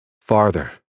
farther